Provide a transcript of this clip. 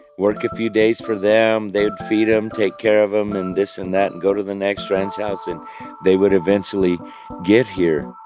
work a few days for them. they'd feed them, take care of them, and this and that, and go to the next ranch house, and they would eventually get here.